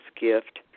gift